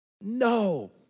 No